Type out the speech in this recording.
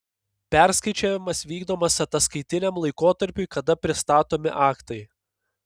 perskaičiavimas vykdomas ataskaitiniam laikotarpiui kada pristatomi aktai